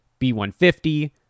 B150